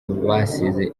basize